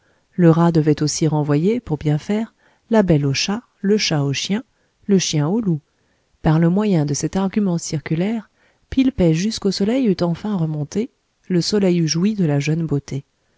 le rat devait aussi renvoyer pour bien faire la belle au chat le chat au chien le chien au loup par le moyen de cet argument circulaire pilpay jusqu'au soleil eût enfin remonté le soleil eût joui de la jeune beauté